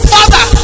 Father